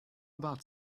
about